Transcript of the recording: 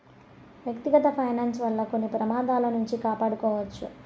వ్యక్తిగత ఫైనాన్స్ వల్ల కొన్ని ప్రమాదాల నుండి కాపాడుకోవచ్చు